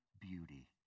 beauty